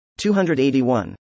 281